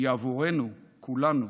היא בעבורנו כולנו